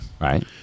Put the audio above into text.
Right